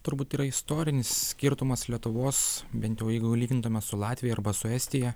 turbūt yra istorinis skirtumas lietuvos bent jau jeigu lygintume su latvija arba su estija